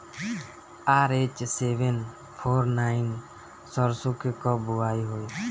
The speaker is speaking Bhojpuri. आर.एच सेवेन फोर नाइन सरसो के कब बुआई होई?